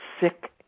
sick